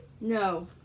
No